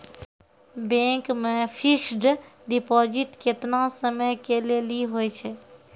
Bank मे fixed deposit केतना समय के लेली होय छै?